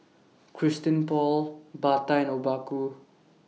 Christian Paul Bata and Obaku